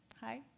Hi